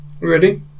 ready